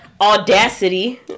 audacity